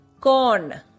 corn